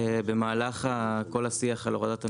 במהלך כל השיח על הורדת המכסים,